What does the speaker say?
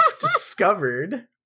discovered